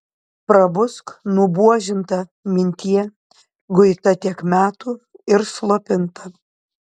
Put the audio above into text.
prabusk nubuožinta mintie guita tiek metų ir slopinta